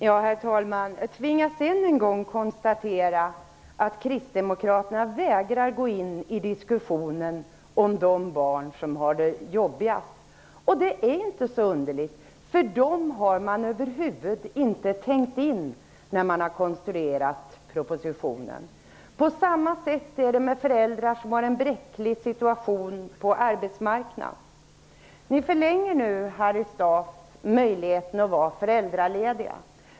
Herr talman! Jag tvingas än en gång konstatera att kristdemokraterna vägrar att gå in i diskussionen om de barn som har det jobbigast. Det är inte så underligt. Man har över huvud taget inte tänkt på dem när man har konstruerat propositionen. På samma sätt är det med de föräldrar som har en bräcklig situation på arbetsmarknaden. Nu förlänger Harry Staaf möjligheten att vara föräldraledig.